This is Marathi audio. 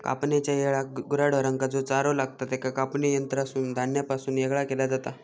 कापणेच्या येळाक गुरा ढोरांका जो चारो लागतां त्याका कापणी यंत्रासून धान्यापासून येगळा केला जाता